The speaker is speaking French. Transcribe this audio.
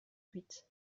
huit